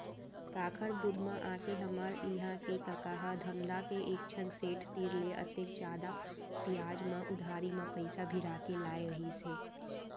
काकर बुध म आके हमर इहां के कका ह धमधा के एकझन सेठ तीर ले अतेक जादा बियाज म उधारी म पइसा भिड़ा के लाय रहिस हे